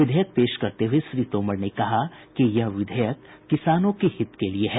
विधेयक पेश करते हुए श्री तोमर ने कहा कि यह विधेयक किसानों के हित के लिए है